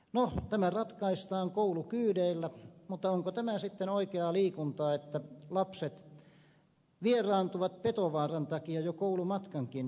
no tämä ratkaistaan koulukyydeillä mutta onko tämä sitten oikeaa liikuntaa että lapset vieraantuvat petovaaran takia jo koulumatkankin teosta